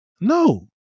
No